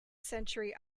century